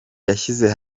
yashyize